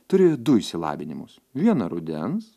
turi du išsilavinimus vieną rudens